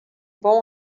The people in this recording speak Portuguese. bom